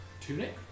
tunic